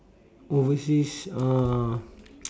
overseas uh